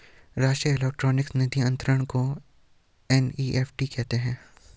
राष्ट्रीय इलेक्ट्रॉनिक निधि अनंतरण को एन.ई.एफ.टी कहते हैं